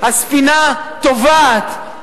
הספינה טובעת.